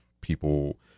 people